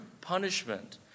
punishment